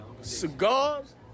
cigars